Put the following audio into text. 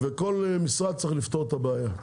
כל משרד צריך לפתור את הבעיה,